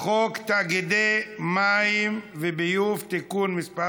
חוק תאגידי מים וביוב (תיקון מס'